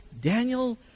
Daniel